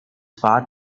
far